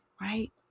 right